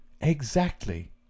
Exactly